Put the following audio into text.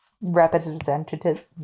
representative